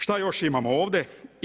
Šta još imamo ovdje?